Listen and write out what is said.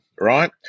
right